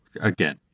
Again